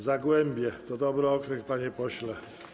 Zagłębie to dobry okręg, panie pośle.